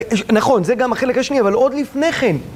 נכון, זה גם החלק השני, אבל עוד לפניכם.